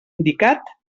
indicat